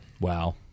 Wow